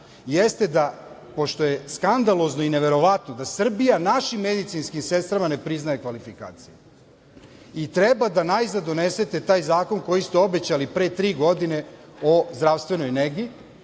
jeste da, što je skandalozno i neverovatno, da Srbija našim medicinskim sestrama ne priznaje kvalifikaciju. Treba da najzad donesete taj zakon koji ste obećali pre tri godine o zdravstvenoj nezi